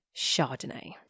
Chardonnay